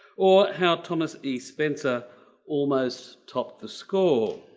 or how thomas e spencer almost topped the score.